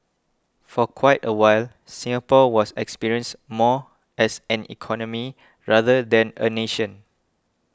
for quite a while Singapore was experienced more as an economy rather than a nation